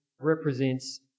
represents